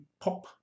POP